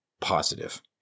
positive